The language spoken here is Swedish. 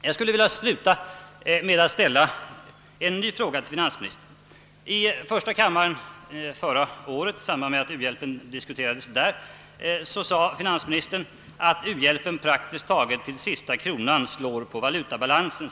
Jag vill sluta med att ställa en ny fråga till finansministern. I första kammaren sade finansministern förra året i samband med att u-landshjälpen diskuterades att den hjälpen praktiskt taget till sista kronan slår på valutabalansen.